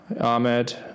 Ahmed